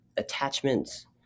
attachments